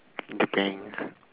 the bank